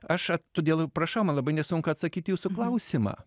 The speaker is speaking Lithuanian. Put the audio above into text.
aš todėl ir prašau man labai nesunku atsakyti į jūsų klausimą